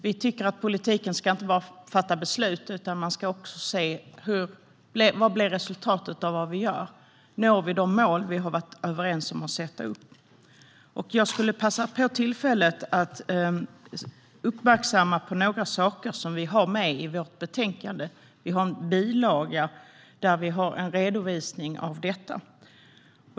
Vi tycker att politiken inte bara ska fatta beslut utan också se vilket resultatet blir av det man gör. Når vi de mål vi har varit överens om att sätta upp? Jag vill passa på att uppmärksamma några saker som vi har med i vårt betänkande. Vi har en bilaga där vi har en redovisning av detta.